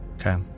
Okay